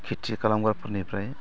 खिथि खालामग्राफोरनिफ्राय